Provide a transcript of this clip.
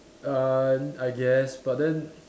uh I guess but then